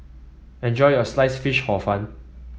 enjoy your Sliced Fish Hor Fun